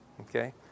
Okay